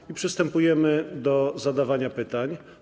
I przystępujemy do zadawania pytań.